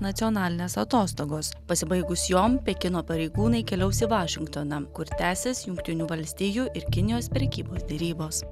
nacionalinės atostogos pasibaigus jom pekino pareigūnai keliaus į vašingtoną kur tęsis jungtinių valstijų ir kinijos prekybos derybos